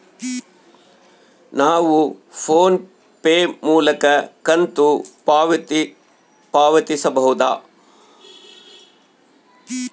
ನಾವು PhonePe ಮೂಲಕ ಕಂತು ಪಾವತಿಸಬಹುದಾ?